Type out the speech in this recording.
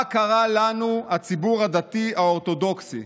מה קרה לנו, הציבור הדתי האורתודוקסי?